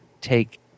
take